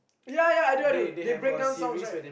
ya ya I do I do they breakdown songs right